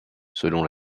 selon